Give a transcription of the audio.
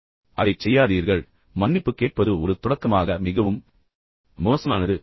எனவே அதைச் செய்யாதீர்கள் பின்னர் மன்னிப்பு கேட்பது ஒரு தொடக்கமாக மிகவும் மோசமானது